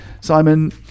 simon